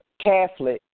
Catholic